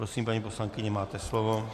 Prosím, paní poslankyně, máte slovo.